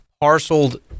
parceled